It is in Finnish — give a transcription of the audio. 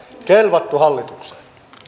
kelvattu hallitukseen